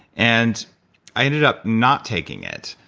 and i ended up not taking it.